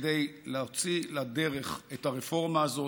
כדי להוציא לדרך את הרפורמה הזאת,